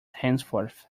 henceforth